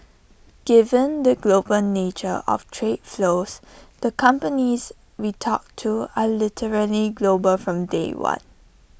given the global nature of trade flows the companies we talk to are literally global from day one